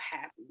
happy